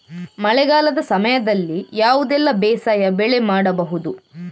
ಮಳೆಗಾಲದ ಸಮಯದಲ್ಲಿ ಯಾವುದೆಲ್ಲ ಬೇಸಾಯ ಬೆಳೆ ಮಾಡಬಹುದು?